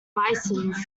licence